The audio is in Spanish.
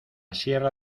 sierra